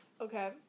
Okay